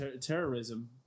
terrorism